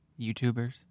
YouTubers